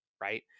right